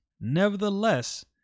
Nevertheless